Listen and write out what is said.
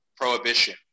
prohibition